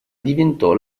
diventò